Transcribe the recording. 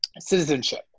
citizenship